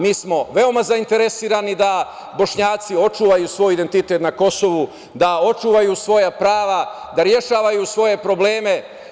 Mi smo veoma zainteresovani da Bošnjaci očuvaju svoj identitet na Kosovu, da očuvaju svoja prava, da rešavaju svoje probleme.